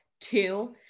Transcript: two